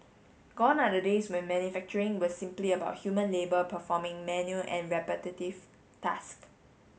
gone are the days when manufacturing was simply about human labour performing manual and repetitive task